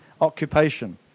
occupation